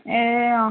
ए अँ